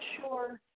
sure